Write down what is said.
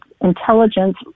intelligence